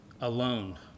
alone